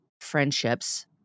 friendships